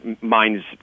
minds